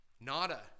nada